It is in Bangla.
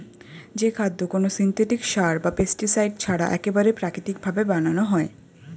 যে খাদ্য কোনো সিনথেটিক সার বা পেস্টিসাইড ছাড়া একবারে প্রাকৃতিক ভাবে বানানো হয়